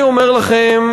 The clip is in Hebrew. אני אומר לכם,